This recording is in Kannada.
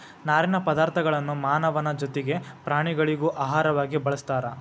ನಾರಿನ ಪದಾರ್ಥಗಳನ್ನು ಮಾನವನ ಜೊತಿಗೆ ಪ್ರಾಣಿಗಳಿಗೂ ಆಹಾರವಾಗಿ ಬಳಸ್ತಾರ